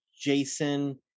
Jason